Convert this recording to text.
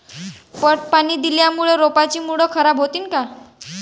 पट पाणी दिल्यामूळे रोपाची मुळ खराब होतीन काय?